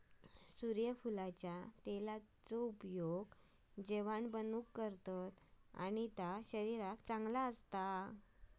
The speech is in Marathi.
सुर्यफुलाच्या तेलाचा उपयोग जेवाण बनवूक करतत आणि ता शरीराक चांगला असता